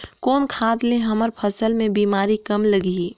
कौन खाद ले हमर फसल मे बीमारी कम लगही?